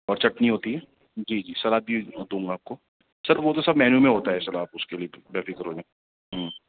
اور چٹنی ہوتی ہے جی جی سلاد بھی دوں گا آپ کو سر وہ تو سب مینو میں ہوتا ہے سر آپ اس کے لئے بے فکر ہو جائیں ہوں